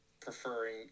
preferring